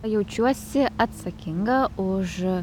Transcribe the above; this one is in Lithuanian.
jaučiuosi atsakinga už